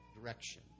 direction